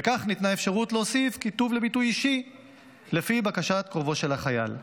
וניתנה אפשרות להוסיף כיתוב לביטוי אישי לפי בקשת קרובו של החייל.